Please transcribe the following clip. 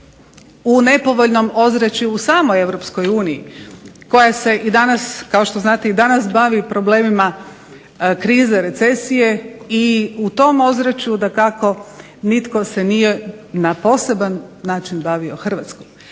u nepovoljnom ozračju u samoj u samoj Europskoj uniji koja se i danas kao što znate i danas bavi problemima krize, recesije i u tom ozračju da tako nitko se nije na poseban način bavio Hrvatskom.